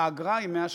האגרה היא 100 שקל.